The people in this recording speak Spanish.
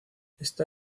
esta